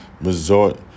Resort